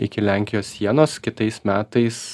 iki lenkijos sienos kitais metais